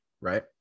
right